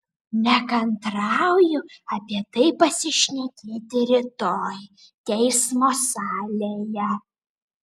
nekantrauju apie tai pasišnekėti rytoj teismo salėje